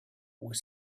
was